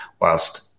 whilst